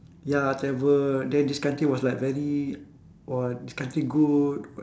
ya travel then this country was like very !wah! this country good